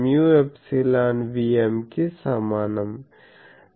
F jωμ∈Vm కి సమానం